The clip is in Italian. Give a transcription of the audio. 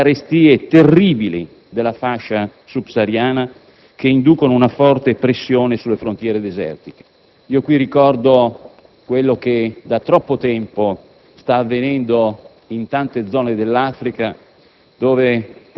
per le terribili carestie della fascia subsahariana che inducono una forte pressione alle sue frontiere desertiche. Io qui ricordo quello che da troppo tempo sta avvenendo in tante zone dell'Africa